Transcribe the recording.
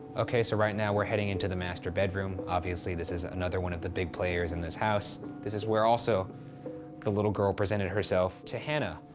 okay, so right now we're heading into the master bedroom. obviously, this is another one of the big players in this house. this is where also the little girl presented herself to hannah.